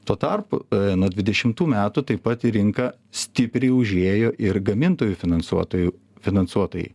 tuo tarpu nuo dvidešimtų metų taip pat į rinką stipriai užėjo ir gamintojų finansuotojų finansuotojai